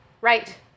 Right